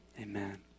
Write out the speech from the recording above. Amen